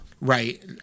right